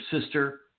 sister